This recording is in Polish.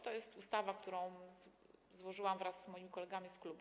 To jest ustawa, którą złożyłam wraz z moimi kolegami z klubu.